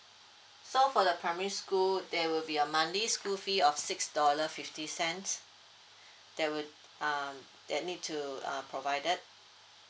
so for the primary school there will be a monthly school fee of six dollar fifty cents that would uh that need to uh provided